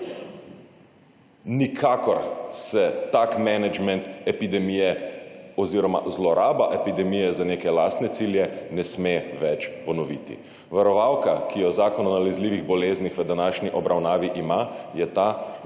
Nikakor se tak menedžment epidemije oziroma zloraba epidemije za neke lastne cilje ne sme več ponoviti. Varovalka, ki jo zakon o nalezljivih boleznih v današnji obravnavi ima, je ta,